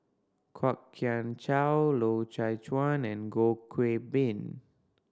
Kwok Kian Chow Loy Chye Chuan and Goh Qiu Bin